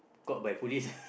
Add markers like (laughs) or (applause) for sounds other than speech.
caught by police (laughs)